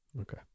okay